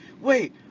wait